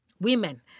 women